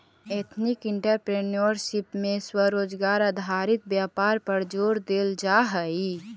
ethnic entrepreneurship में स्वरोजगार आधारित व्यापार पर जोड़ देल जा हई